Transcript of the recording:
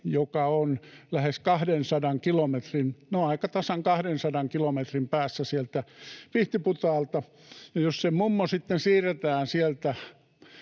no aika tasan 200 kilometrin, päässä sieltä Pihtiputaalta, niin jos se mummo sitten siirretään sieltä